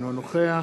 אינו נוכח